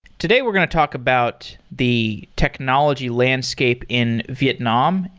today we're going to talk about the technology landscape in vietnam,